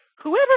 Whoever